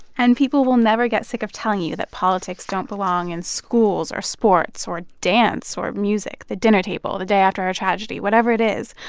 and people will never get sick of telling you that politics don't belong in schools or sports or dance or music, the dinner table, the day after a tragedy, whatever it is.